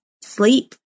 sleep